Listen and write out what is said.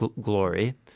glory